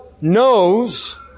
knows